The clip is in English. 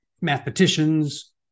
mathematicians